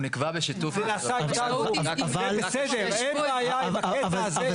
זה בסדר, אין בעיה עם הקטע הזה.